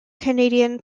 canadian